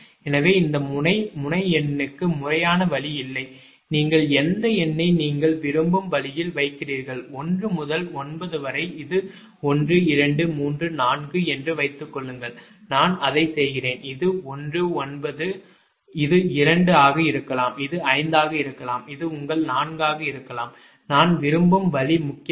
எனவே இந்த முனை முனை எண்ணுக்கு முறையான வழி இல்லை நீங்கள் எந்த எண்ணை நீங்கள் விரும்பும் வழியில் வைக்கிறீர்கள் 1 முதல் 9 வரை இது 1234 என்று வைத்துக்கொள்ளுங்கள் நான் அதை செய்கிறேன் இது 1 9 இது 2 ஆக இருக்கலாம் இது 5 ஆக இருக்கலாம் இது உங்கள் 4 ஆக இருக்கலாம் நான் விரும்பும் வழி முக்கியமில்லை